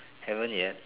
haven't yet